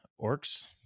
orcs